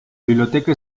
biblioteca